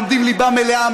לומדים ליבה מלאה,